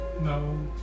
No